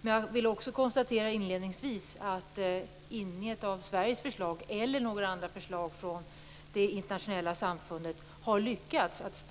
Men varken Sveriges förslag eller förslagen från det internationella samfundet har lyckats att